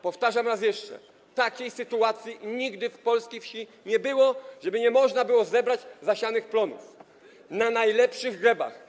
Powtarzam raz jeszcze: takiej sytuacji nigdy na polskiej wsi nie było, żeby nie można było zebrać plonów na najlepszych glebach.